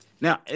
Now